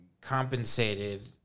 compensated